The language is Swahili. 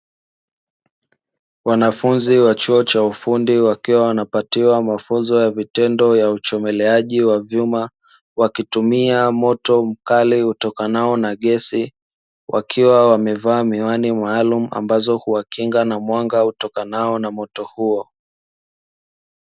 Wanafunzi wa chuo cha ufundi wakiwa wanapatiwa mafunzo ya vitendo ya uchomeleaji wa vyuma, wakitumia moto mkali utokanao na gesi; wakiwa wamevaa miwani maalumu ambazo huwakinga na mwanga utokanao na moto huo.